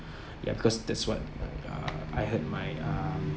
ya cause that's what uh I heard my um